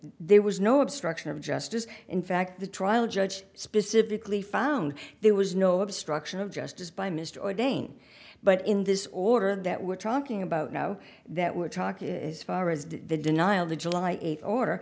there was no obstruction of justice in fact the trial judge specifically found there was no obstruction of justice by mr ordain but in this order that we're talking about now that we're talking the denial the july eighth or